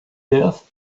death